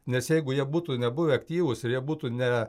nes jeigu jie būtų nebuvę aktyvūs ir jie būtų ne